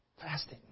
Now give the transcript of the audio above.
Fasting